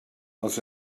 els